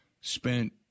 spent